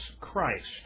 Christ